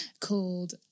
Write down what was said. called